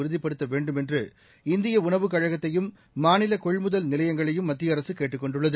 உறுதிப்படுத்த வேண்டும் என்று இந்திய உணவுக் கழகத்தையும் மாநில கொள்முதல் நிலையங்களையும் மத்திய அரசு கேட்டுக் கொண்டுள்ளது